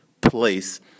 place